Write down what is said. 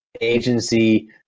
agency